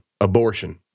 abortion